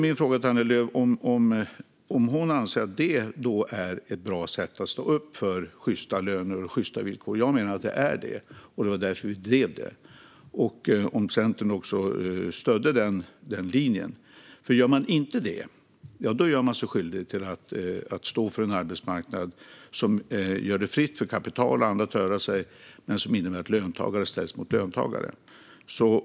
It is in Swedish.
Min fråga till Annie Lööf är om hon anser att det är ett bra sätt att stå upp för sjysta löner och sjysta villkor - jag menar att det är det, och det var därför vi drev det - och om Centern stöder den linjen. Gör man inte det, ja, då gör man sig skyldig till att stå för en arbetsmarknad som gör det fritt för kapital att röra sig men som innebär att löntagare ställs mot löntagare.